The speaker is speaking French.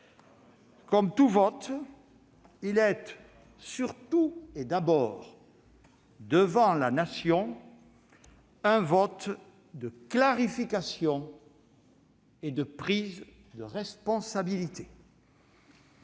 Comme tout vote, il est surtout et d'abord un vote de clarification et de prise de responsabilité